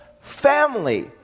family